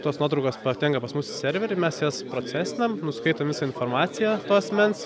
tos nuotraukos patenka pas mus į serverį mes jas procesiniam nuskaitom visą informaciją to asmens